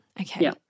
Okay